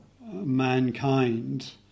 mankind